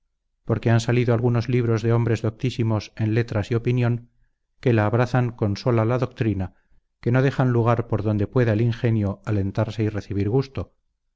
porque han salido algunos libros de hombres doctísimos en letras y en opinión que le abrazan tanto con sola la doctrina que no dejan lugar donde pueda el ingenio alentarse y recibir gusto